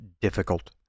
difficult